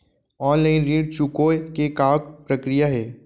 Online ऋण चुकोय के का प्रक्रिया हे?